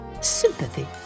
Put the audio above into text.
sympathy